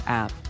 app